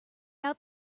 out